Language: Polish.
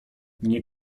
nie